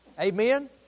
amen